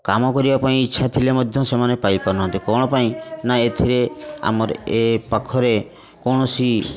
କାମ କରିବାପାଇଁ ଇଚ୍ଛା ଥିଲେ ମଧ୍ୟ ସେମାନେ ପାଇପାରୁନାହାନ୍ତି କ'ଣ ପାଇଁ ନା ଏଥିରେ ଆମର ଏ ପାଖରେ କୌଣସି